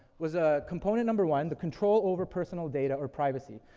was a component number one, the control over personal data or privacy.